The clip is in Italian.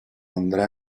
andrea